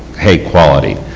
hay quality.